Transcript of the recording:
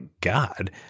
god